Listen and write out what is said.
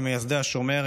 ממייסדי השומר,